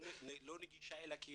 הם לא נגישים אל הקהילה,